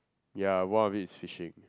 ya one of its fishing